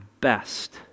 best